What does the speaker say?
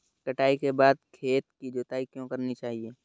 कटाई के बाद खेत की जुताई क्यो करनी चाहिए?